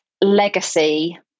legacy